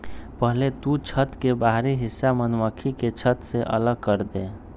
पहले तु छत्त के बाहरी हिस्सा मधुमक्खी के छत्त से अलग करदे